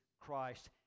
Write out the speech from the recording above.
Christ